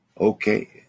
Okay